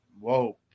Whoa